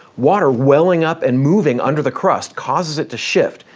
water welling up and moving under the crust causes it to shift,